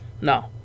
No